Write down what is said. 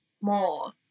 more